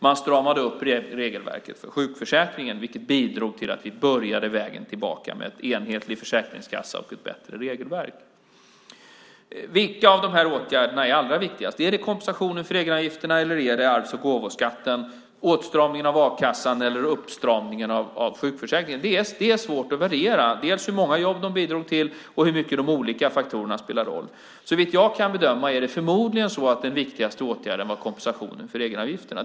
Man stramade upp regelverket för sjukförsäkringen, vilket bidrog till att vi började vägen tillbaka med en enhetlig försäkringskassa och ett bättre regelverk. Vilka av de här åtgärderna är allra viktigast? Är det kompensationen för egenavgifterna, avskaffandet av arvs och gåvoskatten, åtstramningen av a-kassan eller uppstramningen av sjukförsäkringen? Det är svårt att värdera hur många jobb de bidrog till och hur stor roll de olika faktorerna spelade. Såvitt jag kan bedöma var förmodligen den viktigaste åtgärden kompensationen för egenavgifterna.